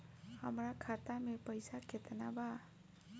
हमरा खाता में पइसा केतना बा?